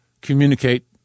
communicate